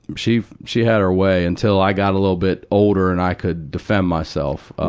she she had her way until i got a little bit older and i could defend myself.